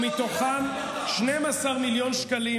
ומתוכם 12 מיליון שקלים